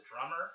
drummer